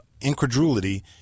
incredulity